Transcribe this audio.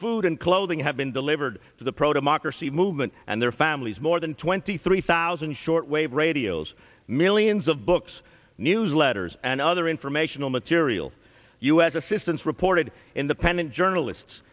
food and clothing have been delivered to the pro democracy movement and their families more than twenty three thousand shortwave radios millions of books newsletters and other informational material u s assistance reported in the pending journalists